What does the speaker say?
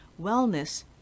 wellness